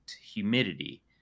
humidity